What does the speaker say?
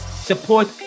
Support